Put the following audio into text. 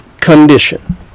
condition